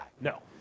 No